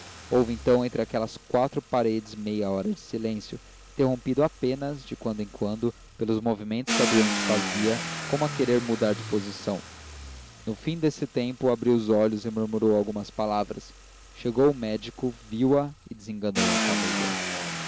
houve então entre aquelas quatro paredes meia hora de silêncio interrompido apenas de quando em quando pelos movimentos que a doente fazia como a querer mudar de posição no fim desse tempo abriu os olhos e murmurou algumas palavras chegou o médico viu-a e desenganou a família